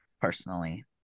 personally